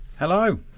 Hello